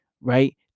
Right